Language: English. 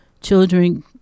children